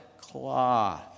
cloth